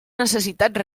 necessitats